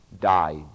died